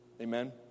Amen